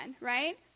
right